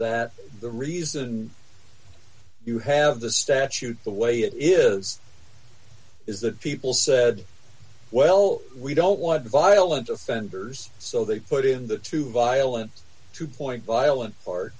that the reason you have the statute the way it is is that people said well we don't want violent offenders so they put in the to violent to point violent